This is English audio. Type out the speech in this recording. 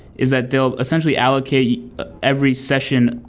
is that they'll essentially allocate every session,